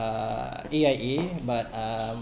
A_I_A but um